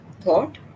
thought